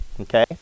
okay